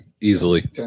Easily